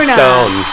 Stone